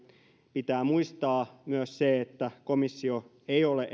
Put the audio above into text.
pitää muistaa myös se että komissio ei ole